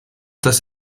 des